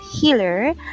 Healer